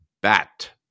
bat